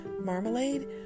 marmalade